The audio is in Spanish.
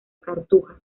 cartuja